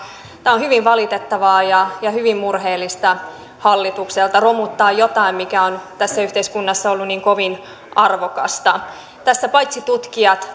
tämä on hyvin valitettavaa ja ja hyvin murheellista hallitukselta romuttaa jotain mikä on tässä yhteiskunnassa ollut niin kovin arvokasta tässä paitsi